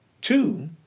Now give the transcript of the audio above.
Two